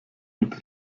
mit